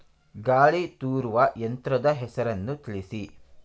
ಗಾಳಿ ತೂರುವ ಯಂತ್ರದ ಹೆಸರನ್ನು ತಿಳಿಸಿ?